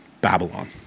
Babylon